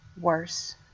worse